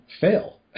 fail